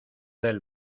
del